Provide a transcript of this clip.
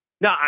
No